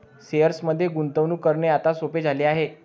शेअर्समध्ये गुंतवणूक करणे आता सोपे झाले आहे